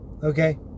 Okay